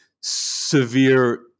severe